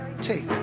Take